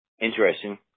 Interesting